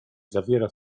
zawiera